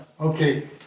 Okay